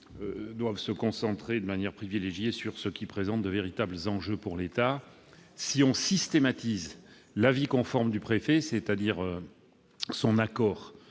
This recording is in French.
doivent se concentrer de manière privilégiée sur ce qui présente de véritables enjeux pour l'État. Systématiser l'avis conforme du préfet, c'est-à-dire son accord